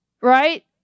right